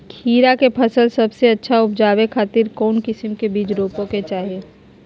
खीरा के फसल सबसे अच्छा उबजावे खातिर कौन किस्म के बीज रोपे के चाही?